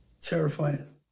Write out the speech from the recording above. Terrifying